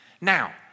Now